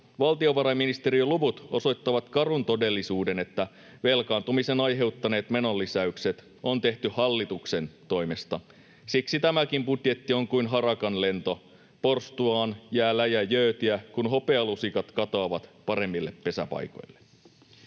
Valtiovarainministeriön luvut osoittavat karun todellisuuden, että velkaantumisen aiheuttaneet menonlisäykset on tehty hallituksen toimesta. Siksi tämäkin budjetti on kuin harakan lento: porstuaan jää läjä jöötiä, kun hopealusikat katoavat paremmille pesäpaikoille.